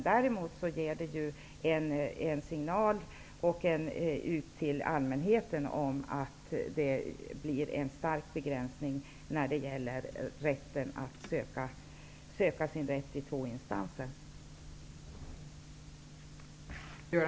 Därmot ger det en signal till allmänheten om att det blir en stark begränsning när det gäller att söka sin rätt i två instanser.